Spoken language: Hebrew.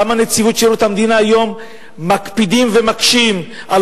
כמה בנציבות שירות המדינה היום מקפידים ומקשים על